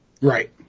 Right